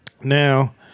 Now